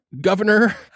governor